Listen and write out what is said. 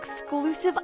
exclusive